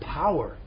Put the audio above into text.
power